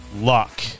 luck